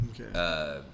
Okay